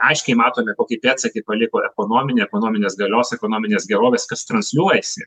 aiškiai matomi kokį pėdsaką paliko ekonominė ekonominės galios ekonominės gerovės kas transliuojasi